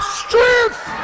strength